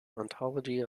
ontology